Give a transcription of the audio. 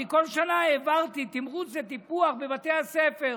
אני כל שנה העברתי תמרוץ לטיפול בבתי הספר,